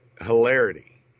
hilarity